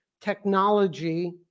technology